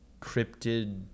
cryptid